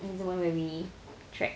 it's the one where we track